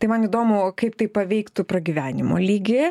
tai man įdomu kaip tai paveiktų pragyvenimo lygį